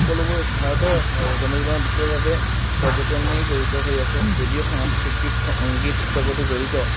সকলোবোৰ ভাৰতৰ জনজীৱনত বিশেষভাৱে পৰ্যটনেই জড়িত হৈ আছে যদিও সাংস্কৃতিক সংগীত জগতো জড়িত